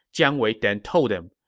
jiang wei then told him,